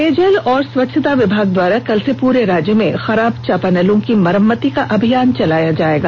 पेयजल एवं स्वच्छता विभाग द्वारा कल से पूरे राज्य में खराब चापानलों की मरम्मती का अभियान चलाया जायेगा